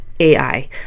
AI